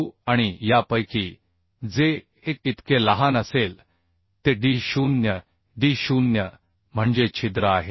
25 fub by fu आणि यापैकी जे 1 इतके लहान असेल ते d0 d0 म्हणजे छिद्र आहे